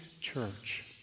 church